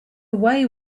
away